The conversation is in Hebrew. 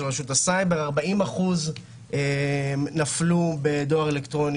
של רשות הסייבר 40% נפלו בדואר אלקטרוני